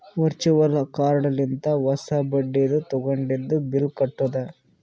virtual card ಲಿಂತ ಹೊಸಾ ಬಟ್ಟಿದು ತಗೊಂಡಿದು ಬಿಲ್ ಕಟ್ಟುದ್